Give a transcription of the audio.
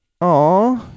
Aw